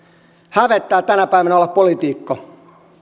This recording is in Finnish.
hävettää tänä päivänä olla poliitikko